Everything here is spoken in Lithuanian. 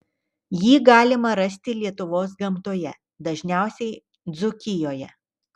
jį galima rasti lietuvos gamtoje dažniausiai dzūkijoje